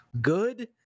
good